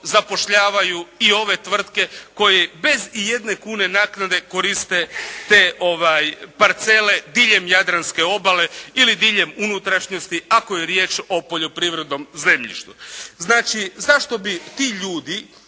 zapošljavaju i ove tvrtke koje bez ijedne kune naknade koriste te parcele diljem Jadranske obale ili diljem unutrašnjosti ako je riječ o poljoprivrednom zemljištu. Znači, zašto bi ti ljudi